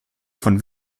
von